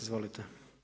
Izvolite.